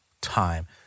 time